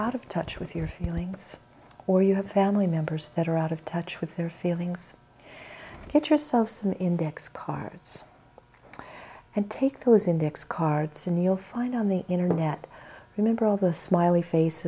out of touch with your feelings or you have family members that are out of touch with their feelings get yourself some index cards and take those index cards and you'll find on the internet remember all the smiley face